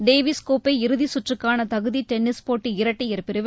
Davis கோப்பை இறுதிச்சுற்றுக்கான தகுதி டென்னிஸ் போட்டி இரட்டையர் பிரிவில்